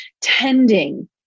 tending